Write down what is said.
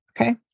Okay